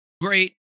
great